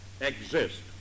exist